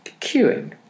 queuing